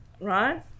right